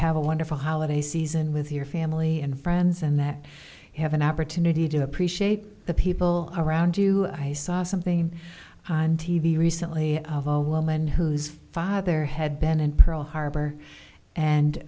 have a wonderful holiday season with your family and friends and that you have an opportunity to appreciate the people around you i saw something on t v recently and whose father had been in pearl harbor and